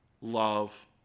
love